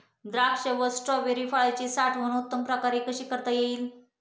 द्राक्ष व स्ट्रॉबेरी फळाची साठवण उत्तम प्रकारे कशी करता येईल?